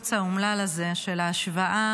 הציוץ האומלל הזה של ההשוואה